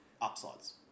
upsides